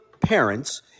parents